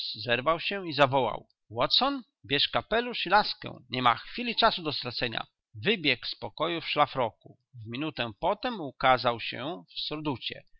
zerwał się i zawołał watson bierz kapelusz i laskę niema chwili czasu do stracenia wybiegł z pokoju w szlafroku w minutę potem ukazał się w